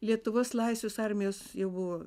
lietuvos laisvės armijos jie buvo